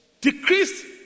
decrease